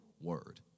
Word